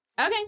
Okay